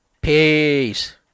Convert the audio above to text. Peace